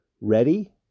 ready